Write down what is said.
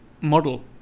model